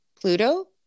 Pluto